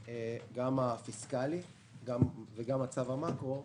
גם הפיסקלי וגם המקרו,